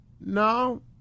No